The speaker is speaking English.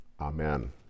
Amen